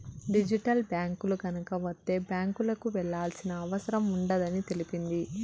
digital బ్యాంకులు గనక వత్తే బ్యాంకులకు వెళ్లాల్సిన అవసరం ఉండదని తెలిపింది